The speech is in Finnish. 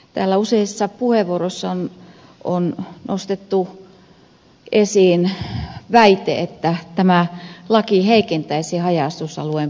täällä useissa puheenvuoroissa on nostettu esiin väite että tämä laki heikentäisi haja asutusalueen postipalvelujakelua